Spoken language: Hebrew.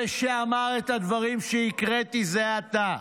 זה שאמר את הדברים שהקראתי זה עתה.